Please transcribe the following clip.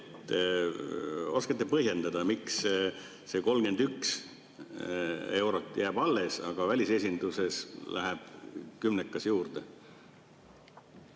Oskate põhjendada, miks see 31 eurot jääb alles, aga välisesinduses läheb kümnekas juurde?